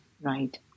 right